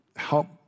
Help